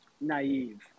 naive